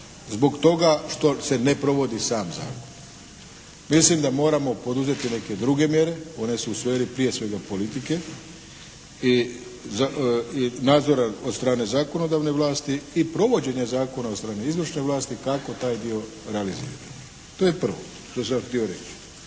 zbog toga što se ne provodi sam zakon. Mislim da moramo poduzeti neke druge mjere. One su u sferi prije svega politike i nadzora od strane zakonodavne vlasti i provođenja zakona od strane izvršne vlasti kako taj dio realizirati. To je prvo što sam vam htio reći.